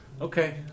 Okay